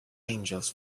angels